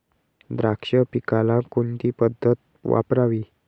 द्राक्ष पिकाला कोणती पद्धत वापरावी?